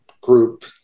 group